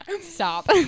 Stop